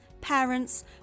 parents